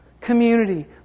community